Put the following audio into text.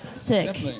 Sick